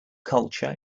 culture